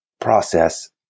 process